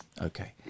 Okay